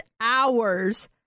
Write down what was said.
hours